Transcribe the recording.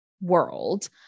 world